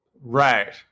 Right